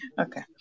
Okay